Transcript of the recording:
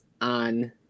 on